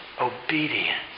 obedience